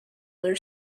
their